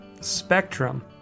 spectrum